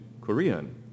Korean